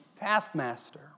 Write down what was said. taskmaster